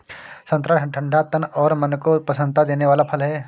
संतरा ठंडा तन और मन को प्रसन्नता देने वाला फल है